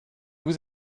vous